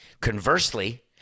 Conversely